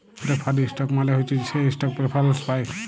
preferred stock মালে হছে সে ইস্টক প্রেফারেল্স পায়